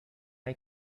eye